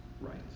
right